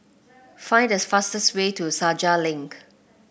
find these fastest way to Senja Link